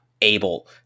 able